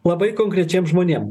labai konkrečiem žmonėms